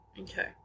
Okay